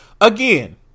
again